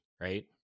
right